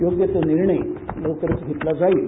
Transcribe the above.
योग्य तो निर्णय लवकरच घेतला जाईल